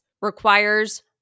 requires